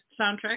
soundtrack